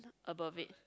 above it